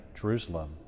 Jerusalem